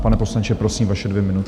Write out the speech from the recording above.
Pane poslanče, prosím, vaše dvě minuty.